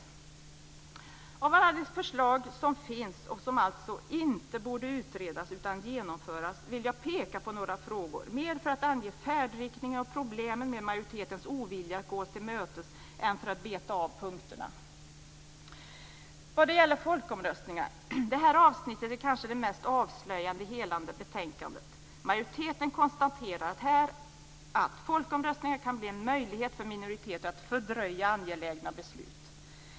Bland alla de förslag som finns och som alltså inte borde utredas utan genomföras vill jag peka på några, mer för att ange färdriktningen och problemen med majoritetens ovilja att gå oss till mötes än för att beta av punkterna. Det gäller för det första folkomröstningar. Det här avsnittet är kanske det mest avslöjande i hela betänkandet. Majoriteten konstaterar här att folkomröstningar kan bli en möjlighet för minoriteter att fördröja angelägna beslut.